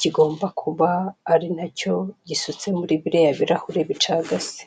kigomba kuba ari nacyo gisutse muri biriya birarahuri bicagase.